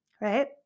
Right